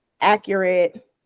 accurate